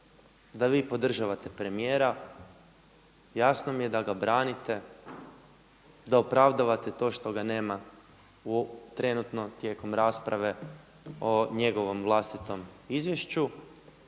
da vi podržavate premijera, jasno mi je da ga branite, da opravdavate to što ga nema trenutno tijekom rasprave o njegovom vlastitom izvješću,